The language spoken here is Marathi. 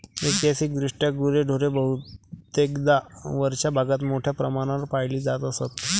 ऐतिहासिकदृष्ट्या गुरेढोरे बहुतेकदा वरच्या भागात मोठ्या प्रमाणावर पाळली जात असत